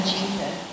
Jesus